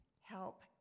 help